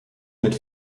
mit